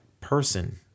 person